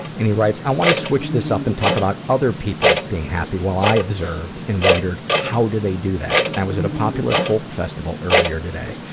and he writes i want to switch this up and talk about other people being happy while i observed and wonder, how do they do that? i was at a popular folk festival earlier today.